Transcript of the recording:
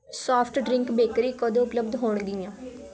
soft drink bakery ਕਦੋਂ ਉਪਲਬਧ ਹੋਣਗੀਆਂ